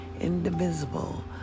indivisible